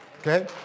Okay